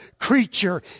creature